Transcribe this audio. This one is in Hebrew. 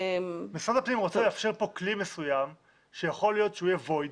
משרד הפנים רוצה לאפשר פה כלי מסוים שיכול להיות שהוא יהיה void,